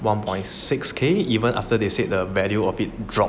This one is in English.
one point six K even after they said the value of it drop